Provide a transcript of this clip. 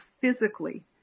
physically